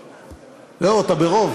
זהו, אתה ברוב?